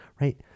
right